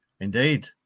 Indeed